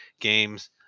games